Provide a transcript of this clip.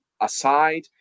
aside